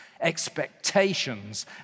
expectations